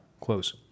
close